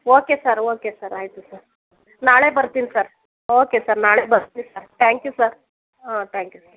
okay sir okay sir ಆಯಿತು sir ನಾಳೆ ಬರ್ತೀನಿ ಸರ್ ಓಕೆ ಸರ್ ನಾಳೆ ಬರ್ತೀನಿ ಸರ್ ತ್ಯಾಂಕ್ ಯು ಸರ್ ಹಾಂ ತ್ಯಾಂಕ್ ಯು